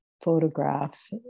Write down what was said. photograph